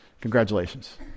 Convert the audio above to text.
Congratulations